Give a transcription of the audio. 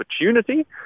opportunity